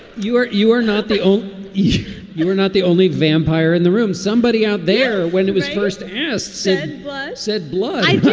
you are you are not the old you you are not the only vampire in the room. somebody out there when it was first asked, said one, said blood.